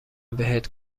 بهت